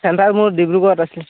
centre মোৰ ডিব্ৰুড়ত আছিল